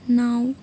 नौ